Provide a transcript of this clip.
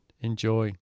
Enjoy